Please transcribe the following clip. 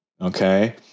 Okay